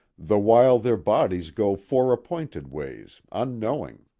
the while their bodies go fore-appointed ways, unknowing.